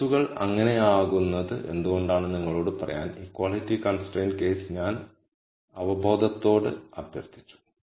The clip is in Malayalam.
കേസുകൾ അങ്ങനെയാകുന്നത് എന്തുകൊണ്ടാണെന്ന് നിങ്ങളോട് പറയാൻ ഇക്വാളിറ്റി കൺസ്ട്രയിന്റ് കേസ് ഞാൻ അവബോധത്തോട് അഭ്യർത്ഥിച്ചു